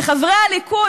וחברי הליכוד,